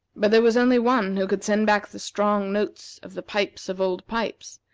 but there was only one who could send back the strong notes of the pipes of old pipes,